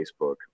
Facebook